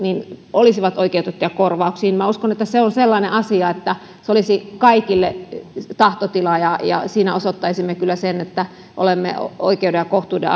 olisivat oikeutettuja korvauksiin minä uskon että se on sellainen asia että se olisi kaikille tahtotila ja ja siinä osoittaisimme kyllä sen että olemme oikeuden ja kohtuuden